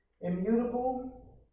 immutable